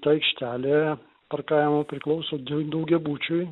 ta aikštelė parkavimo priklauso daugiabučiui